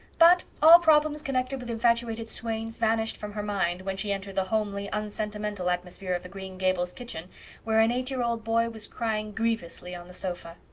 but all problems connected with infatuated swains vanished from her mind when she entered the homely, unsentimental atmosphere of the green gables kitchen where an eight-year-old boy was crying grievously on the sofa.